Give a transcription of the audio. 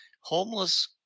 homeless